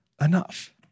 enough